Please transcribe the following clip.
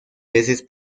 veces